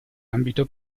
ambito